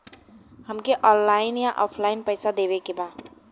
हमके ऑनलाइन या ऑफलाइन पैसा देवे के बा?